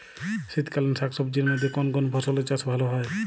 শীতকালীন শাকসবজির মধ্যে কোন কোন ফসলের চাষ ভালো হয়?